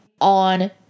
on